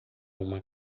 uma